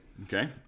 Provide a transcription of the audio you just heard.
Okay